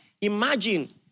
Imagine